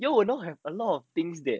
you all will know a lot of things that